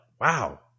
wow